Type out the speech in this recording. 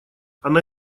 она